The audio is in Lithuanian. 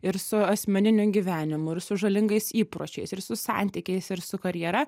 ir su asmeniniu gyvenimu ir su žalingais įpročiais ir su santykiais ir su karjera